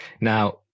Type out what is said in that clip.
Now